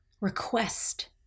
request